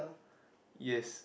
yes